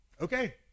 Okay